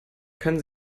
können